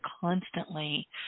constantly